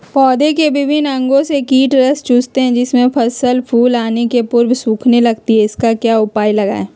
पौधे के विभिन्न अंगों से कीट रस चूसते हैं जिससे फसल फूल आने के पूर्व सूखने लगती है इसका क्या उपाय लगाएं?